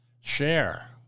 Share